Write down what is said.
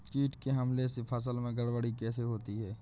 कीट के हमले से फसल में गड़बड़ी कैसे होती है?